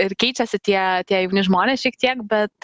ir keičiasi tie tie jauni žmonės šiek tiek bet